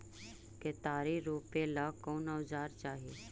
केतारी रोपेला कौन औजर चाही?